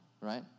right